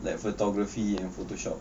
like photography and photoshop